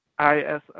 ISO